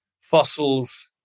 fossils